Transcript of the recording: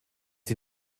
sie